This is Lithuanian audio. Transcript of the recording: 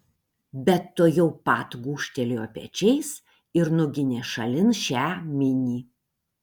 bet tuojau pat gūžtelėjo pečiais ir nuginė šalin šią minį